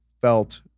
felt